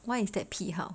why is that 批号